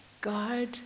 God